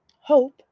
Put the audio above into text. hope